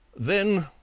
then,